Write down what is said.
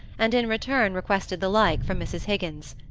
and in return requested the like from mrs. higgins.